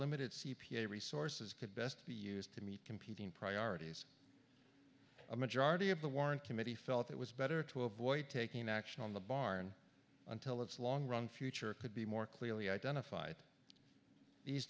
limited c p a resources could best be used to meet competing priorities a majority of the warren committee felt it was better to avoid taking action on the barn until its long run future could be more clearly identified these